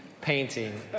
painting